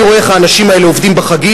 אני רואה איך האנשים האלה עובדים בחגים,